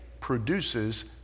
produces